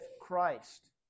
Christ